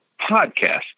podcast